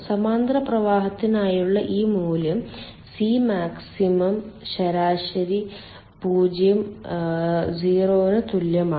സമാന്തര പ്രവാഹത്തിനായുള്ള ഈ മൂല്യം സി മാക്സിന്റെ ശരാശരി 0 ന് തുല്യമാണ്